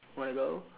wanna go